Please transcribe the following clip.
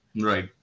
Right